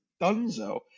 donezo